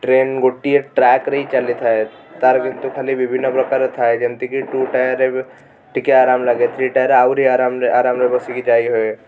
train ଗୋଟିଏ ଟ୍ରାକ୍ରେ ହିଁ ଚାଲିଥାଏ ତା'ର କିନ୍ତୁ ଖାଲି ବିଭିନ୍ନ ପ୍ରକାର ଥାଏ ଯେମିତିକି ଟୁ ଟାୟାର୍ ଏବେ ଟିକିଏ ଆରାମ ଲାଗେ ଥ୍ରୀ ଟାୟାର୍ ଆହୁରି ଆରାମ ଆରାମରେ ବସିକି ଯାଇ ହୁଏ